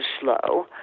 slow